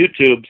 YouTube